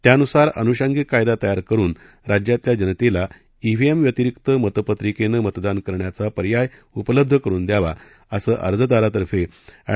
त्यानुसार अनुषंगिक कायदा तयार करुन राज्यातल्या जनतेला िव्हीएम व्यतिरिक्त मतपत्रिकेनं मतदान करण्याचा पर्याय उपलब्ध करुन द्यावा असं अर्जदारातर्फे अँड